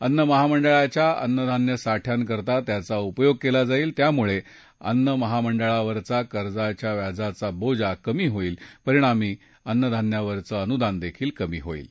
अन्न महामंडळाच्या अन्नधान्य साठ्यांकरता त्यांचा उपयोग केला जाईल त्यामुळे अन्न महामंडळावरचा कर्जाच्या व्याजाचा बोजा कमी होईल परिणामी अन्नधान्यवरचं अनुदानही कमी होईल